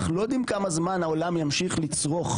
אנחנו לא יודעים כמה זמן העולם ימשיך לצרוך